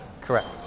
Correct